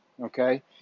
Okay